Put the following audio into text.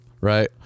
right